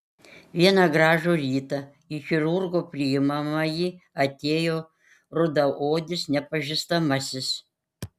vieną gražų rytą į chirurgo priimamąjį atėjo rudaodis nepažįstamasis